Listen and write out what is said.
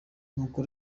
nuko